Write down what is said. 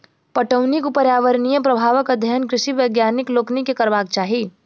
पटौनीक पर्यावरणीय प्रभावक अध्ययन कृषि वैज्ञानिक लोकनि के करबाक चाही